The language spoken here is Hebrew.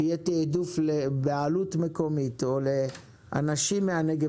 שיהיה תיעדוף לבעלות מקומית או לאנשים מהנגב